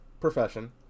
profession